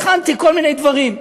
הכנתי כל מיני דברים.